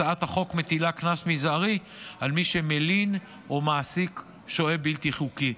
הצעת החוק מטילה קנס מזערי על מי שמלין או מעסיק שוהה בלתי חוקי.